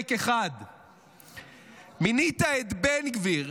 פרק 1. מינית את בן גביר,